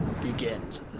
begins